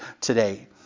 today